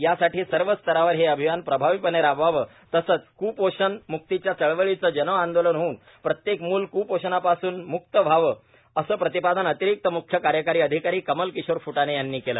यासाठी सर्वस्तरावर हे अभियान प्रभावीपणे राबवावे तसेच क्पोषण मुक्तीच्या चळवळीचे जनआंदोलन होवून प्रत्येक मूल क्पोषणमुक्त व्हावे असे प्रतिपादन अतिरिक्त मुख्य कार्यकारी अधिकारी कमलकिशोर फुटाणे यांनी केले